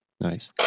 Nice